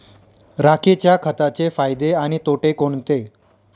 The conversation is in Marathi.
राखेच्या खताचे फायदे आणि तोटे कोणते?